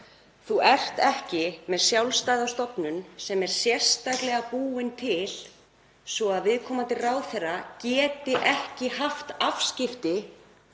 er ekki sjálfstæð stofnun sem er sérstaklega búin til svo að viðkomandi ráðherra geti ekki haft afskipti